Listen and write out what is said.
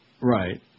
Right